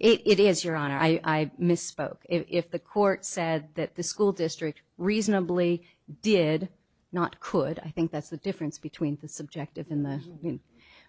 of it is your honor i misspoke if the court said that the school district reasonably did not could i think that's the difference between the subjective in the can